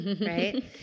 right